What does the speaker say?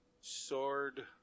sword